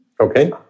Okay